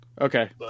Okay